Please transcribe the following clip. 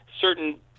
certain